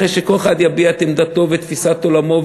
אחרי שכל אחד יביע את עמדתו ואת תפיסת עולמו,